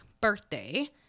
birthday